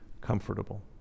comfortable